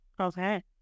Okay